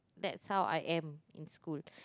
that's how I am in school